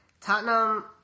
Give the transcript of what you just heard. Tottenham